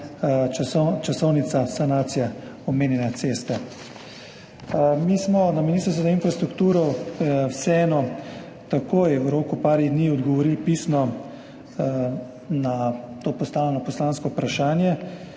časovnica sanacije omenjene ceste. Mi na Ministrstvu za infrastrukturo smo vseeno takoj, v roku nekaj dni odgovorili pisno na to postavljeno poslansko vprašanje.